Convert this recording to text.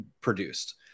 produced